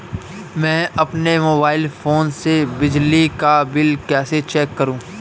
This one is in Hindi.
मैं अपने मोबाइल फोन से बिजली का बिल कैसे चेक करूं?